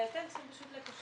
ומדוע הוא לא הגיע?